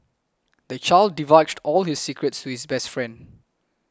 the child divulged all this secrets to his best friend